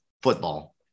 Football